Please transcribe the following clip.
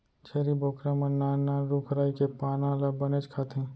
छेरी बोकरा मन नान नान रूख राई के पाना ल बनेच खाथें